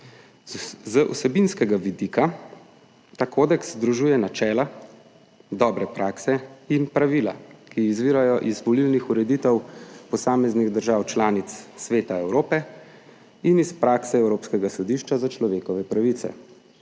Z vsebinskega vidika ta kodeks združuje načela dobre prakse in pravila, ki izvirajo iz volilnih ureditev posameznih držav članic Sveta Evrope in iz prakse Evropskega sodišča za človekove pravice.